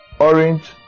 Orange